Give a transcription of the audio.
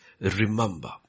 Remember